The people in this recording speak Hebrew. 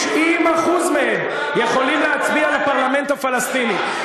90% מהם יכולים להצביע לפרלמנט הפלסטיני.